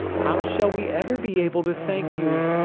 how shall we ever be able to thank you?